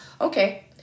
Okay